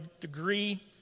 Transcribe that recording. degree